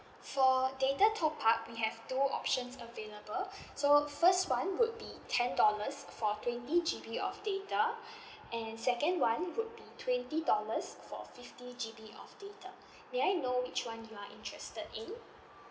for data top up we have two options available so first [one] would be ten dollars for twenty G_B of data and second [one] would be twenty dollars for fifty G_B of data may I know which one you are interested in